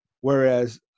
Whereas